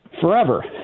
forever